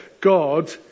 God